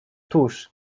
tuż